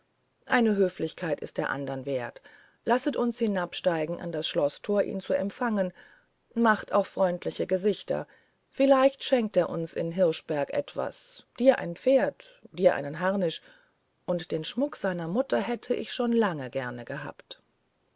eine höflichkeit ist der andern wert lasset uns hinabsteigen an das schloßtor ihn zu empfangen macht auch freundliche gesichter vielleicht schenkt er uns in hirschberg etwas dir ein pferd und dir einen harnisch und den schmuck seiner mutter hätte ich schon lange gerne gehabt